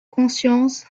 conscience